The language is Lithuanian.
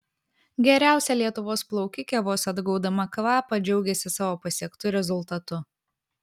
geriausia lietuvos plaukikė vos atgaudama kvapą džiaugėsi savo pasiektu rezultatu